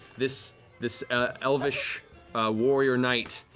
this this elvish warrior knight,